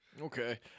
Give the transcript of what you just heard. Okay